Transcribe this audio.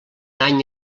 any